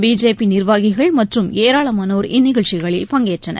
BJP நிர்வாகிகள் மற்றும் ஏராளமானோர் இந்நிகழ்ச்சிகளில் பங்கேற்றனர்